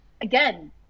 Again